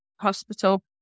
hospital